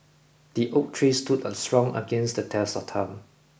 the oak tree stood a strong against the test of time